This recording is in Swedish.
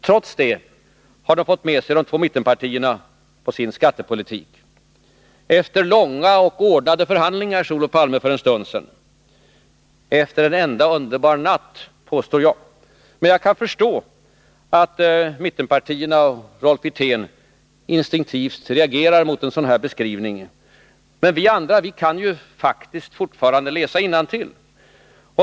Trots det har de fått med sig de två mittenpartierna på sin skattepolitik, efter långa och ordnade förhandlingar, sade Olof Palme för en stund sedan — efter en enda underbar natt, påstår jag. Och jag kan förstå att mittenpartierna och Rolf Wirtén instinktivt reagerar mot en sådan beskrivning. Men vi andra kan ju läsa innantill.